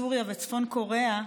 סוריה וצפון קוריאה,